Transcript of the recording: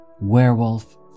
Werewolf